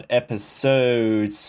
episode